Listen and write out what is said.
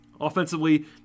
Offensively